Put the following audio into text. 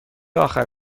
آخر